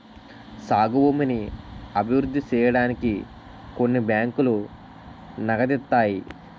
సాగు భూమిని అభివృద్ధి సేయడానికి కొన్ని బ్యాంకులు నగదిత్తాయి